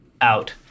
out